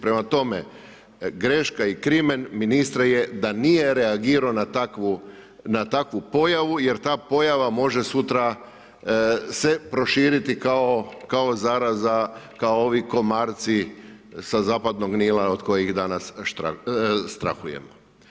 Prema tome, greška i krimen ministra je da nije reagirao na takvu pojavu jer ta pojava može sutra se proširiti kao zaraza, kao ovi komarci sa zapadnog Nila od kojih danas strahujemo.